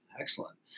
Excellent